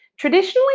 Traditionally